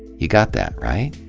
you got that, right?